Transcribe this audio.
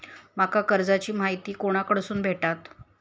माका कर्जाची माहिती कोणाकडसून भेटात?